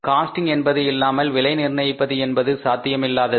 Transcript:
costing என்பது இல்லாமல் விலை நிர்ணயிப்பது என்பது சாத்தியம் இல்லாதது